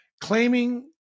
Claiming